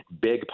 big